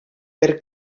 per